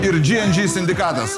ir džy en džy sindikatas